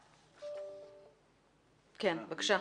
בבקשה.